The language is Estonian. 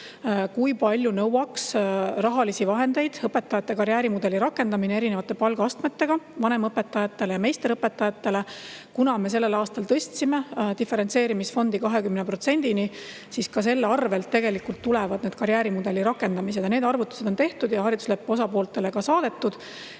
nõuaks rahalisi vahendeid õpetajate karjäärimudeli rakendamine erinevate palgaastmetega vanemõpetajatele ja meisterõpetajatele. Kuna me sellel aastal tõstsime diferentseerimisfondi 20%-ni, siis ka selle arvelt [saab] karjäärimudelit rakendada. Need arvutused on tehtud ja hariduslepe on osapooltele saadetud.